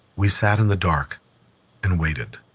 we sat in the dark and waited.